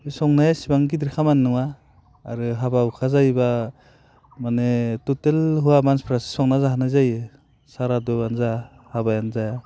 संनाया इसेबां गिदिर खामानि नङा आरो हाबा हुखा जायोब्ला माने टटेल हौवा मानसिफ्रासो संना जाहोनाय जायो साराद'आनो जा हाबायानो जा